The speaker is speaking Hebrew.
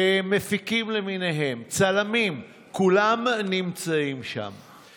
מפיקים למיניהם, צלמים, כולם נמצאים שם.